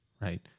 right